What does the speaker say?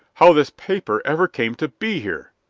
how this paper ever came to be here.